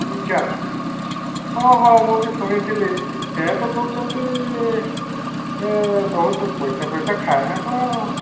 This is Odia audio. ବିକାଶ ହଁ ହଁ ମୁଁ ବି ଶୁଣିଥିଲି ସେୟା ତ କହୁଛନ୍ତି ବହୁତ ପଇସାଫଇସା ଖାଏନା କ'ଣ